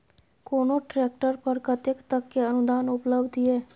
कोनो ट्रैक्टर पर कतेक तक के अनुदान उपलब्ध ये?